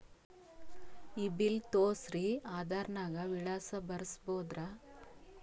ಈ ಬಿಲ್ ತೋಸ್ರಿ ಆಧಾರ ನಾಗ ವಿಳಾಸ ಬರಸಬೋದರ?